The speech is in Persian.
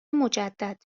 مجدد